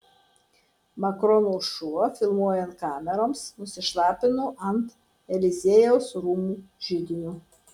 makrono šuo filmuojant kameroms nusišlapino ant eliziejaus rūmų židinio